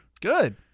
Good